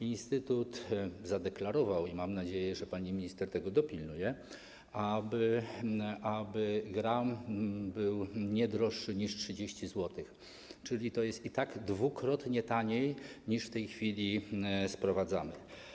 Instytut zadeklarował, i mam nadzieję, że pani minister tego dopilnuje, aby gram był nie droższy niż 30 zł, czyli to i tak jest dwukrotnie taniej niż w tej chwili za sprowadzany.